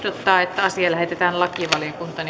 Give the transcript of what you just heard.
ehdottaa että asia lähetetään lakivaliokuntaan